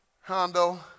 Hondo